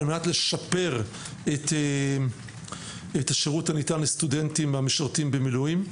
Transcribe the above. על מנת לשפר את השירות הניתן לסטודנטים המשרתים במילואים.